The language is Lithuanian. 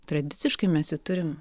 tradiciškai mes jų turim